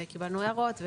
וקיבלנו הערות.